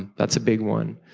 that's a big one.